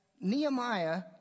Nehemiah